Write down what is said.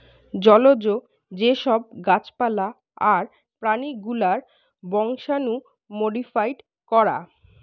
জলজ যে সব গাছ পালা আর প্রাণী গুলার বংশাণু মোডিফাই করা